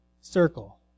circle